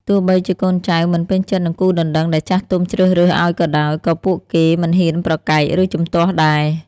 ទោះបីជាកូនចៅមិនពេញចិត្តនឹងគូដណ្តឹងដែលចាស់ទុំជ្រើសរើសឱ្យក៏ដោយ ក៏ពួកគេមិនហ៊ានប្រកែក ឬជំទាស់ដែរ។